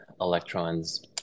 electrons